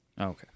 Okay